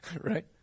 right